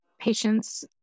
patients